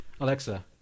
Alexa